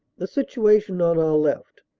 the situation on our left,